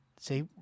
see